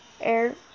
air